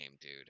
dude